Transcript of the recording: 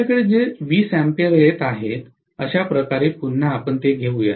आपल्याकडे येथे 20 A येत आहेत अशा प्रकारे पुन्हा घेऊ या